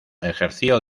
ejerció